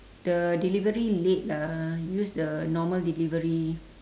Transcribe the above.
the delivery late lah use the normal delivery